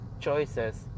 choices